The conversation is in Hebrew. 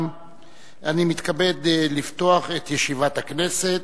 מתכבד לפתוח את ישיבת הכנסת.